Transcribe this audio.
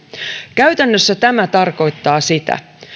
käytännössä tämä tarkoittaa sitä